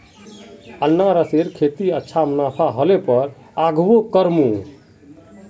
अनन्नासेर खेतीत अच्छा मुनाफा ह ल पर आघुओ करमु